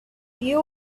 you